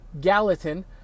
gallatin